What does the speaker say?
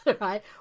right